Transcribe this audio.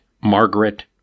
Margaret